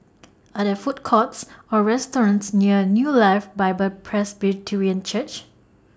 Are There Food Courts Or restaurants near New Life Bible Presbyterian Church